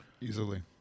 Easily